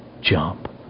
jump